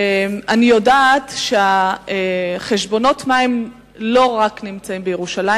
אני יודעת שבעיית חשבונות המים קיימת לא רק בירושלים.